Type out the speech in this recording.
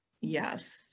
Yes